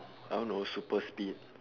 I don't know super speed